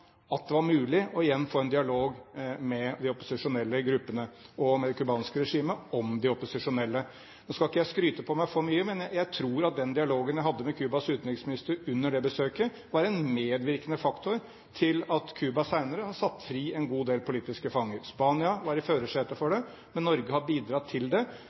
at det var mulig igjen å få en dialog med de opposisjonelle gruppene og med det cubanske regimet om de opposisjonelle. Nå skal ikke jeg skryte på meg for mye, men jeg tror at den dialogen jeg hadde med Cubas utenriksminister under det besøket, var en medvirkende faktor til at Cuba senere har satt fri en god del politiske fanger. Spania var i førersetet for det, men Norge har bidratt til det,